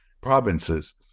provinces